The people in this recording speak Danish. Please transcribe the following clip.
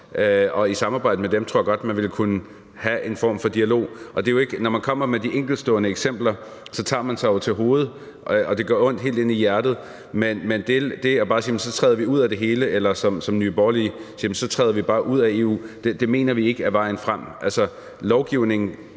og i samarbejde med dem tror jeg godt man ville kunne have en form for dialog. Når man hører de enkeltstående eksempler, tager man sig jo til hovedet, og det gør ondt helt inde i hjertet, men det at sige, at vi så bare træder ud af det hele, eller som Nye Borgerlige siger, bare træder ud af EU, mener vi ikke er vejen frem. Lovgivning